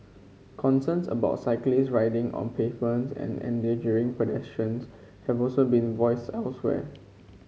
concerns about cyclists riding on pavements and endangering pedestrians have also been voiced elsewhere